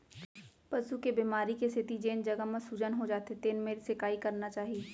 पसू के बेमारी के सेती जेन जघा म सूजन हो जाथे तेन मेर सेंकाई करना चाही